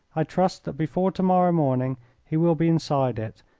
i trust that before to-morrow morning he will be inside it,